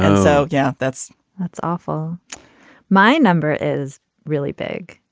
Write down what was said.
so, yeah, that's that's awful my number is really big.